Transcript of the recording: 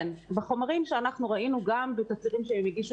בחומרים שאנחנו ראינו וגם בתצהירים שהם הגישו